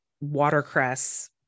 watercress